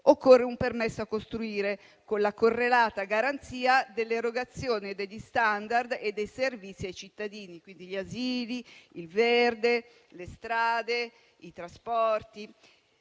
occorre un permesso a costruire, con la correlata garanzia dell'erogazione degli standard e dei servizi ai cittadini (gli asili, il verde, le strade, i trasporti).